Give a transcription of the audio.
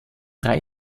drei